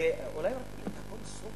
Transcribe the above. אולי אפשר,